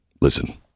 Listen